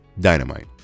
Dynamite